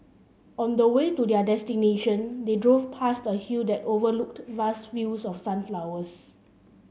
on the way to their destination they drove past a hill that overlooked vast fields of sunflowers